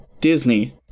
Disney